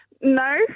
No